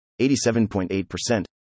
87.8%